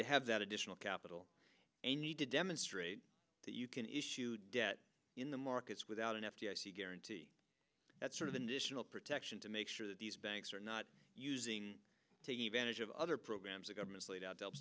to have that additional capital they need to demonstrate that you can issue debt in the markets without an f t c guarantee that sort of additional protection to make sure that these banks are not using taking advantage of other programs the government's laid out